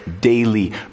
daily